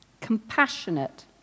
compassionate